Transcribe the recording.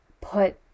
put